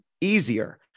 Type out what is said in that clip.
easier